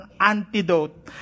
antidote